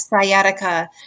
sciatica